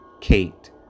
Kate